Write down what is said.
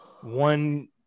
one